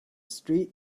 street